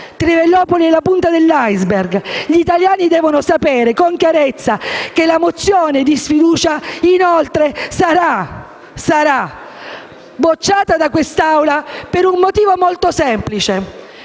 Trivellopoli è la punta di un *iceberg*. Gli italiani devono sapere con chiarezza che la mozione di sfiducia sarà bocciata da quest'Aula per un motivo molto semplice: